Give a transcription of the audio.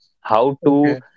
How-to